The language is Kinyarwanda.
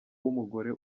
w’umugore